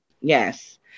Yes